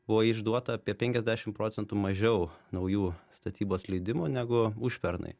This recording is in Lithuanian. buvo išduota apie penkiasdešimt procentų mažiau naujų statybos leidimų negu užpernai